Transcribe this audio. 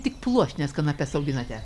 tik pluoštines kanapes auginate